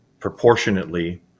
proportionately